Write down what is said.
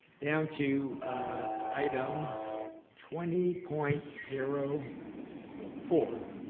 down to item twenty point zero four. four.